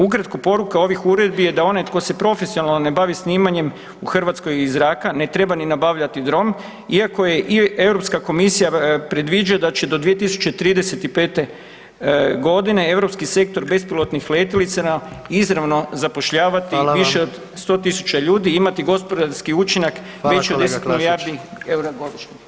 Ukratko, poruka ovih uredbi je da onaj koji se profesionalno ne bavi snimanjem u Hrvatskoj iz zraka, ne treba ni nabavljati dron iako i Europksa komisija predviđa da će do 2035. g. Europski sektor bespilotnih letjelica izravno zapošljavati više od 100 000 ljudi i imati gospodarski učinak veći od 10 milijardi eura godišnje.